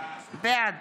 בעד